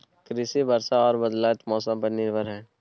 कृषि वर्षा आर बदलयत मौसम पर निर्भर हय